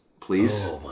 Please